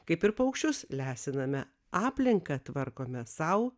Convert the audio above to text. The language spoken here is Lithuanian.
kaip ir paukščius lesiname aplinką tvarkome sau